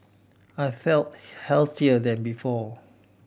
I feel healthier than before